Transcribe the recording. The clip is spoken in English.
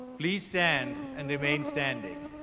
please stand and remain standing.